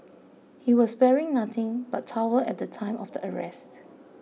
he was wearing nothing but towel at the time of the arrest